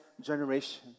generation